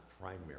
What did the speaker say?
primary